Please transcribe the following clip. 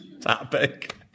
topic